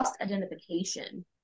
identification